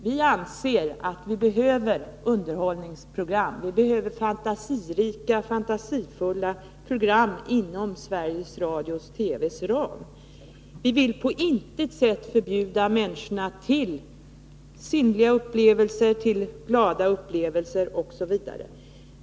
Vi anser att det behövs underhållningsprogram. Vi behöver fantasifulla program inom Sveriges Radio-TV:s ram. Vi vill på intet sätt förbjuda människorna sinnliga upplevelser, glada upplevelser osv.